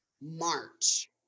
March